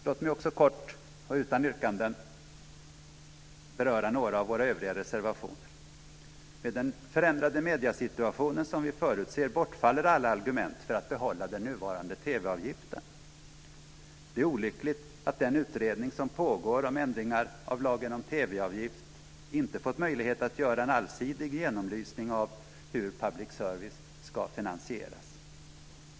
Låt mig också kort och utan yrkanden beröra några av våra övriga reservationer. Med den förändrade mediesituation som vi förutser bortfaller alla argument för att bibehålla den nuvarande TV-avgiften. Det är olyckligt att den utredning som pågår om ändringar av lagen om TV-avgift inte fått möjlighet att göra en allsidig genomlysning av hur public service ska finansieras.